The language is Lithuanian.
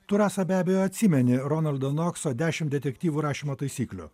tu rasa be abejo atsimeni ronaldo nokso dešim detektyvų rašymo taisyklių